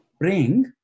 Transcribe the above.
bring